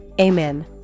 Amen